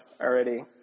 already